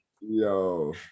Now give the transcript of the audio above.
Yo